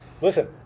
Listen